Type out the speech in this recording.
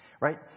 Right